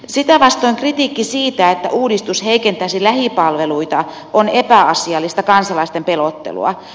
sitä vastoin kritiikki siitä että uudistus heikentäisi lähipalveluita on epäasiallista kansalaisten pelottelua